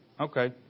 okay